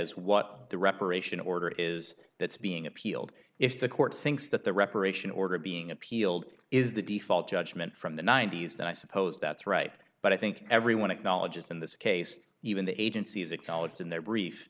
is what the reparation order is that's being appealed if the court thinks that the reparation order being appealed is the default judgment from the ninety's then i suppose that's right but i think everyone acknowledges in this case even the agencies acknowledged in their brief